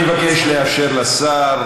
אני מבקש לאפשר לשר,